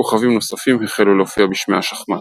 כוכבים נוספים החלו להופיע בשמי השחמט.